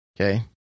Okay